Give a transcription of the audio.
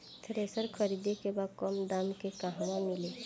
Thresher खरीदे के बा कम दाम में कहवा मिली?